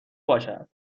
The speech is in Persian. باشه